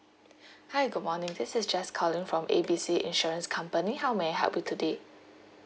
hi good morning this is jess calling from A B C insurance company how may I help you today